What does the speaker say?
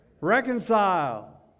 reconcile